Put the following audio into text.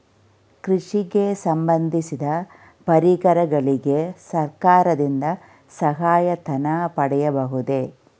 ಕೃಷಿಗೆ ಸಂಬಂದಿಸಿದ ಪರಿಕರಗಳಿಗೆ ಸರ್ಕಾರದಿಂದ ಸಹಾಯ ಧನ ಪಡೆಯಬಹುದೇ?